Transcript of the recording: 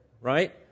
right